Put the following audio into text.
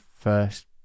first